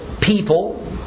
people